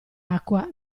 acqua